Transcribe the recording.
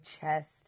chest